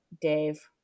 Dave